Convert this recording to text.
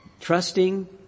Trusting